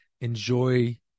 enjoy